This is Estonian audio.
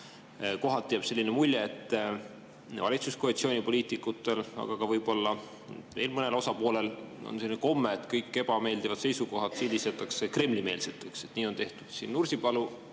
Kohati jääb selline mulje, et valitsuskoalitsiooni poliitikutel, aga võib-olla veel mõnel osapoolel on selline komme, et kõik ebameeldivad seisukohad sildistatakse Kremli-meelseteks. Nii on tehtud siin Nursipalu